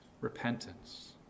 repentance